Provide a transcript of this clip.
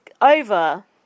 over